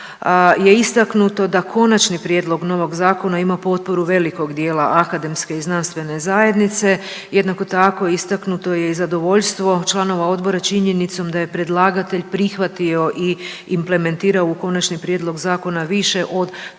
je istaknuto da konačni prijedlog novog Zakona ima potporu velikog dijela akademske i znanstvene zajednice, jednako tako istaknuto je zadovoljstvo članova Odbora činjenicom da je predlagatelj prihvatio i implementirao u Konačni prijedlog zakona više od